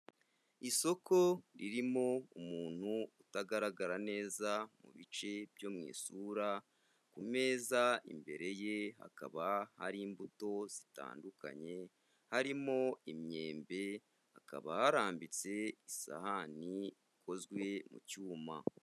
Isoko ririmo umuntu utagaragara neza mu bice byo mu isura, ku meza imbere ye hakaba hari imbuto zitandukanye, harimo imyembe, hakaba harambitse isahani ikozwe mu cyuma.